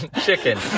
chicken